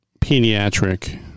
pediatric